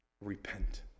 Repent